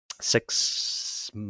six